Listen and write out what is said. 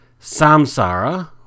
Samsara